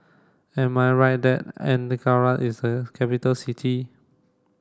am I right that Ankara is a capital city